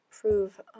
prove